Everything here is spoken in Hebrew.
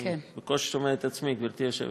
אני בקושי שומע את עצמי, גברתי היושבת-ראש.